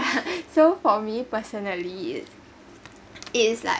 so for me personally it is like